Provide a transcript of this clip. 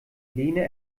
lehne